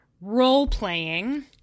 role-playing